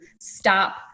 stop